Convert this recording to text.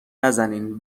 نزنین